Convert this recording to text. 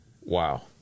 Wow